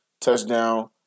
touchdown